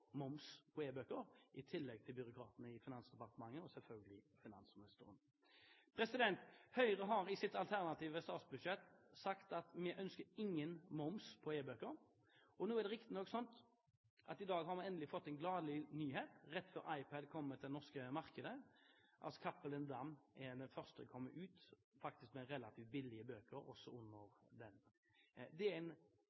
moms på e-bøker, i tillegg til byråkratene i Finansdepartementet og selvfølgelig finansministeren. Høyre har i sitt alternative statsbudsjett sagt at vi ikke ønsker moms på e-bøker. Nå er det riktignok slik at vi i dag endelig har fått en gledelig nyhet, rett før iPad kommer til det norske markedet. Cappelen Damm er den første til å komme ut med relativt billige bøker